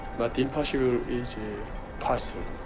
but impossible is possible.